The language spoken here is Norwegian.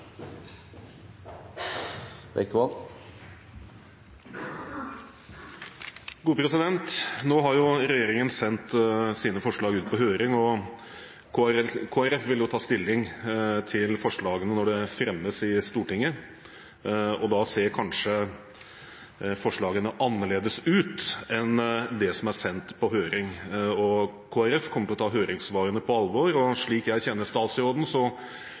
Bekkevold – til oppfølgingsspørsmål. Nå har jo regjeringen sendt sine forslag ut på høring, og Kristelig Folkeparti vil ta stilling til forslagene når de fremmes i Stortinget. Da ser kanskje forslagene annerledes ut enn det som er sendt på høring. Kristelig Folkeparti kommer til å ta høringssvarene på alvor, og slik jeg kjenner statsråden,